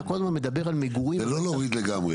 אתה כל הזמן מדבר על מגורים --- זה לא להוריד לגמרי.